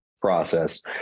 process